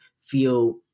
feel